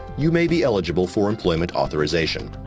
you may be eligible for employment authorization.